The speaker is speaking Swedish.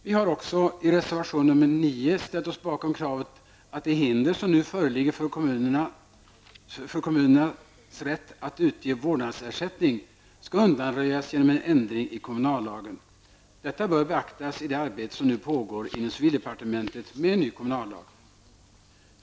Vi har också i reservation nr 9 ställt oss bakom kravet att de hinder som nu föreligger för kommunernas rätt att utge vårdnadsersättning skall undanröjas genom en ändring i kommunallagen. Detta bör beaktas i det arbete med en ny kommunallag som nu pågår inom civildepartementet.